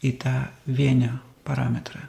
į tą vienio parametrą